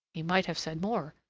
he might have said more,